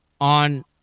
On